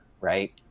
right